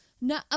No